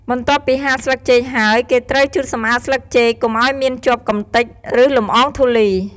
បន្ទាប់ពីហាលស្លឹកចេកហើយ គេត្រូវជូតសម្អាតស្លឹកចេកកុំឱ្យមានជាប់កំទេច ឬលម្អងធូលី។